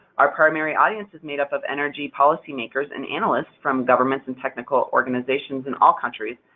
our primary audience is made up of energy policymakers and analysts from governments and technical organizations in all countries,